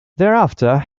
thereafter